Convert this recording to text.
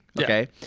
Okay